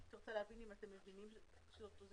אני רוצה להבין אם אתם מבינים שזו איזו